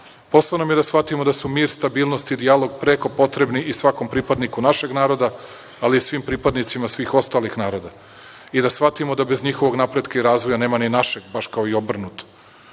nam je da shvatimo da su mir, stabilnost i dijalog preko potrebni i svakom pripadniku našeg naroda, ali i svim pripadnicima svih ostalih naroda i da shvatimo da bez njihovog napretka i razvoja nema ni našeg, baš kao i obrnuto. Takvo